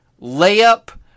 layup